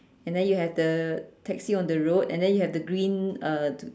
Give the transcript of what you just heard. and then you have the taxi on the road and then you have the green uh